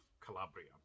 Calabria